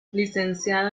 licenciado